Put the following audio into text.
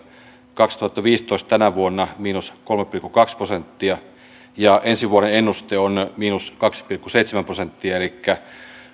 kaksituhattaviisitoista tänä vuonna miinus kolme pilkku kaksi prosenttia ja ensi vuoden ennuste on miinus kaksi pilkku seitsemän prosenttia elikkä